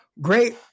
Great